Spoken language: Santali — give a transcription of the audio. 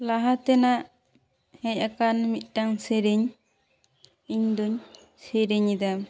ᱞᱟᱦᱟ ᱛᱮᱱᱟᱜ ᱦᱮᱡ ᱟᱠᱟᱱ ᱢᱤᱫᱴᱟᱝ ᱥᱮᱨᱮᱧ ᱤᱧ ᱫᱩᱧ ᱥᱮᱨᱮᱧ ᱮᱫᱟ